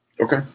Okay